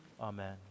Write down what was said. amen